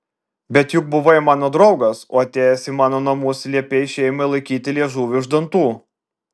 bet juk buvai mano draugas o atėjęs į mano namus liepei šeimai laikyti liežuvį už dantų